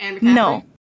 No